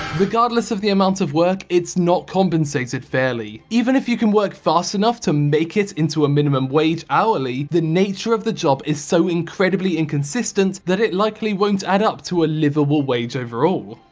regardless of the amount of work, it's not compensated fairly. even if you can work fast enough to make it into a minimum wage hourly, the nature of the job is so incredibly inconsistent that it likely won't add up to a liveable wage overall.